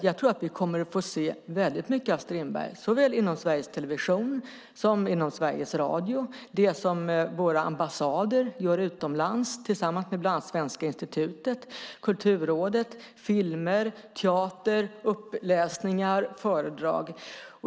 Jag tror att vi kommer att få se och höra väldigt mycket av Strindberg, såväl inom Sveriges Television som inom Sveriges Radio, det som våra ambassader gör utomlands tillsammans med bland annat Svenska institutet, Kulturrådet samt filmer, teater, uppläsningar och föredrag.